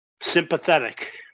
Sympathetic